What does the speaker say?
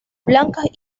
blancas